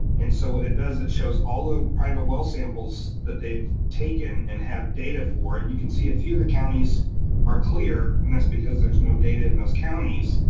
and so what it does, it shows all the private well samples that they've taken and have data for. and you can see a few of the counties are clear, and that's because there's no data in those counties.